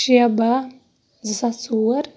شےٚ باہ زٕ ساس ژور